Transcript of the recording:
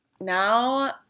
Now